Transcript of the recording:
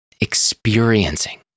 Experiencing